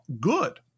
good